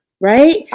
right